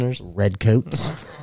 Redcoats